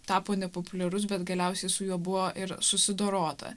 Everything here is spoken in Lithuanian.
tapo nepopuliarus bet galiausiai su juo buvo ir susidorota